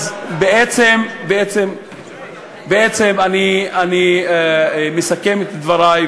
בעצם אני מסכם את דברי,